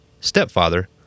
stepfather